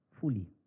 fully